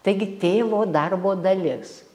taigi tėvo darbo dalis